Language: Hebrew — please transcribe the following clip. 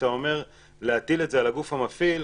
כשאתה אומר להטיל את זה על הגוף המפעיל,